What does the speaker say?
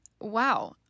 wow